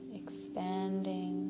expanding